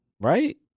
right